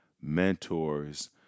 mentors